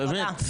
באמת,